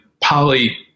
poly